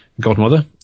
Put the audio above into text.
godmother